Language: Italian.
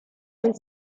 nel